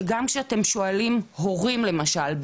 שגם שאתם שואלים הורים למשל,